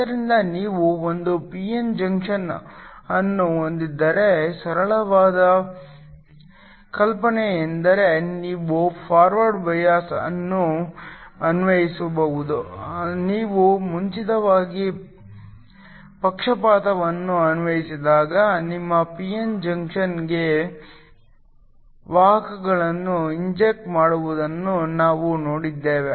ಆದ್ದರಿಂದ ನೀವು ಒಂದು p n ಜಂಕ್ಷನ್ ಅನ್ನು ಹೊಂದಿದ್ದರೆ ಸರಳವಾದ ಕಲ್ಪನೆಯೆಂದರೆ ನೀವು ಫಾರ್ವರ್ಡ್ ಬಯಾಸ್ ಅನ್ನು ಅನ್ವಯಿಸಬಹುದು ನೀವು ಮುಂಚಿತವಾಗಿ ಪಕ್ಷಪಾತವನ್ನು ಅನ್ವಯಿಸಿದಾಗ ನಿಮ್ಮ p n ಜಂಕ್ಷನ್ಗೆ ವಾಹಕಗಳನ್ನು ಇಂಜೆಕ್ಟ್ ಮಾಡುವುದನ್ನು ನಾವು ನೋಡಿದ್ದೇವೆ